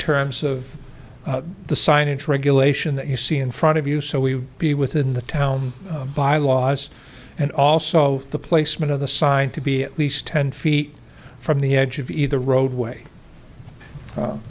terms of the signage regulation that you see in front of you so we be within the town bylaws and also the placement of the sign to be at least ten feet from the edge of either roadway